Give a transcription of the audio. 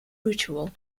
ritual